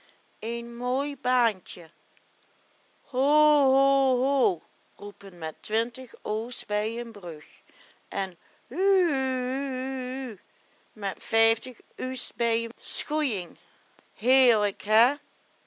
een mooi baantje hoo o o roepen met twintig o's bij een brug en hu u u u met vijftig u's bij een schoeiing heerlijk hé